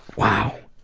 wow,